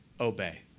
obey